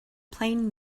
playing